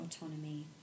autonomy